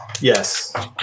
yes